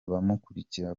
abamukurikira